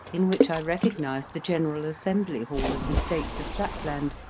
in which i recognized the general assembly hall of the states of flatland,